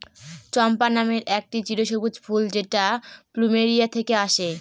চম্পা নামের একটি চিরসবুজ ফুল যেটা প্লুমেরিয়া থেকে আসে